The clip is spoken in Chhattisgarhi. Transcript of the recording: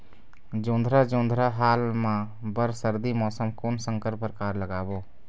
जोंधरा जोन्धरा हाल मा बर सर्दी मौसम कोन संकर परकार लगाबो?